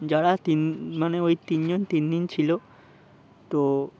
যারা তিন মানে ওই তিনজন তিন দিন ছিল তো